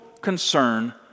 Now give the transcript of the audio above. concern